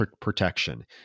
protection